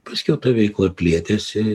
paskiau ta veikla plėtėsi